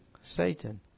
Satan